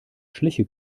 schliche